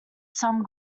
some